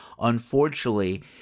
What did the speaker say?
unfortunately—